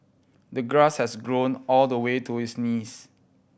the grass has grown all the way to his knees